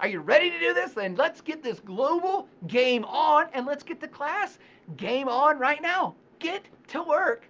are you ready to do this, then lets get this global game on and lets get the class game on right now. get to work